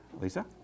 Lisa